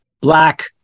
Black